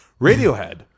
Radiohead